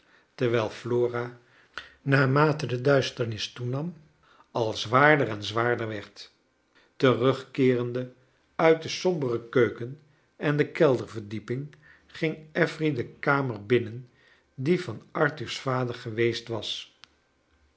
terwijl flora naarmate de duisternis toenam al zwaarder en zwaarder werd terugkeerendc uit de sombcre keuken en kelderverdieping ging affery de kamer binnen die van arthur's vader geweest was